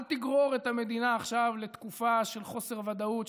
אל תגרור את המדינה עכשיו לתקופה של חוסר ודאות,